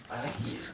I like it eh